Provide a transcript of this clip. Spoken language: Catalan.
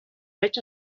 veig